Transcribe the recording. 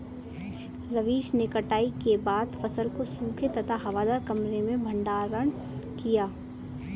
रवीश ने कटाई के बाद फसल को सूखे तथा हवादार कमरे में भंडारण किया